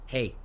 Hey